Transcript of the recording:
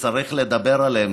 שצריך לדבר עליהם,